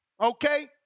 okay